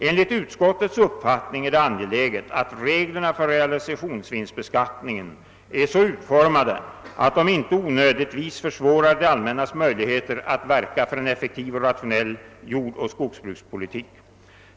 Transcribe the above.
Enligt utskottets uppfattning är det angeläget att regierna för realisationsvinstbeskattningen är så utformade att de inte onödigtvis försvårar det allmännas möjligheter att verka för en effektiv och rationell jordoch skogsbrukspolitik.